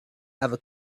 ever